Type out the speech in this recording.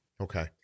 Okay